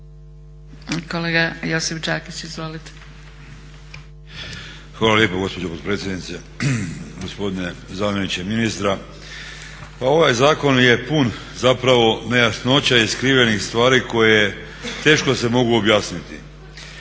Josip (HDZ)** Hvala lijepa gospođo potpredsjednice, gospodine zamjeniče ministra. Pa ovaj zakon je pun zapravo nejasnoća i skrivenih stvari koje teško se mogu objasniti.